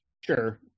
sure